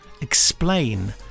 explain